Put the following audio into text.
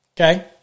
Okay